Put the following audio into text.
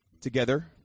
together